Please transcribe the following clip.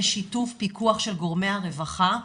בשיתוף פיקוח של גורמי הרווחה.